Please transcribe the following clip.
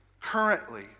currently